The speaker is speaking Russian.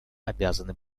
обязаны